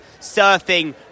surfing